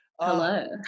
Hello